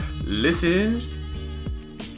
listen